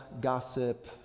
gossip